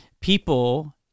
people